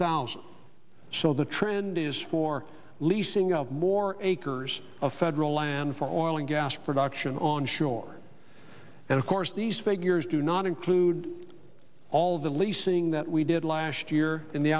thousand so the trend is for leasing of more acres of federal land for oil and gas production on shore and of course these figures do not include all of the leasing that we did last year in the